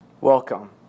Welcome